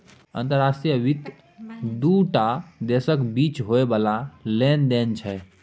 अंतर्राष्ट्रीय वित्त दू टा देशक बीच होइ बला लेन देन छै